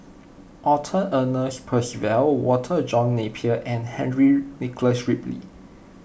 Arthur Ernest Percival Walter John Napier and Henry Nicholas Ridley